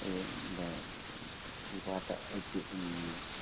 എന്താ ഒരു പാറ്റാ എച്ചി തിന്നുന്നതിന്